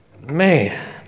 Man